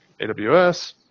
AWS